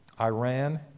Iran